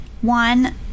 one